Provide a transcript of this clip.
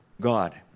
God